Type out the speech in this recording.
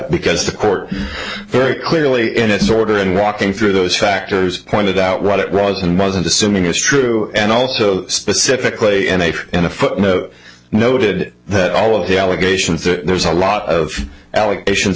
because the court very clearly in its order and walking through those factors pointed out what it was and wasn't assuming it's true and also specifically and if in a footnote noted that all of the allegations there's a lot of allegations